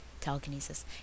telekinesis